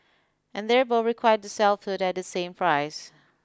and they're both required to sell food at the same price